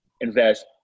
invest